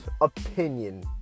opinion